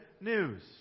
news